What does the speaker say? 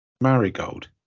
marigold